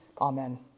Amen